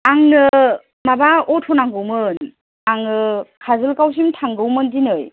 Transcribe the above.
आंनो माबा अट' नांगौमोन आङो काजलगावसिम थांगौमोन दिनै